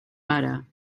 ara